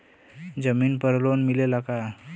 जमीन पर लोन मिलेला का?